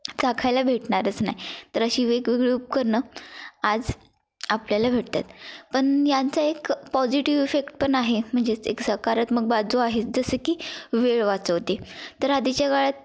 चाखायला भेटणारच नाही तर अशी वेगवेगळी उपकरणं आज आपल्याला भेटतात पण यांचा एक पॉजिटिव्ह इफेक्ट पण आहे म्हणजेच एक सकारात्मक बाजू आहे जसं की वेळ वाचवते तर आधीच्या काळात